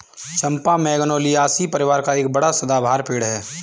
चंपा Magnoliaceae परिवार का एक बड़ा सदाबहार पेड़ है